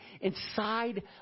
inside